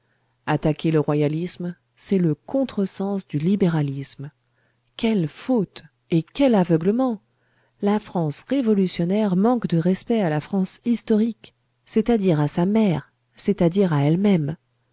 attaquer le royalisme c'est le contre-sens du libéralisme quelle faute et quel aveuglement la france révolutionnaire manque de respect à la france historique c'est-à-dire à sa mère c'est-à-dire à elle-même